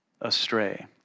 astray